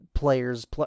players